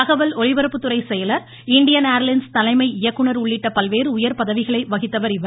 தகவல் ஒலிபரப்புத்துறை செயலர் இண்டியன் ஏர்லைன்ஸ் தலைமை இயக்குநர் உள்ளிட்ட பல்வேறு உயர் பதவிகளை வகித்தவர் இவர்